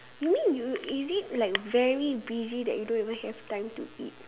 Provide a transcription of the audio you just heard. you mean you is it like very busy that you don't even have time to eat